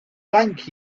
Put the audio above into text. thank